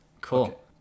Cool